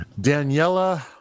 daniela